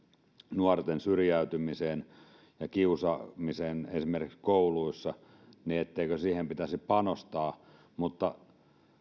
nuorten syrjäytymisen ja kiusaamisen ehkäisemiseen esimerkiksi kouluissa pitäisi panostaa mutta